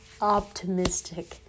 optimistic